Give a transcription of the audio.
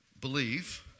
believe